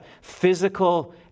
physical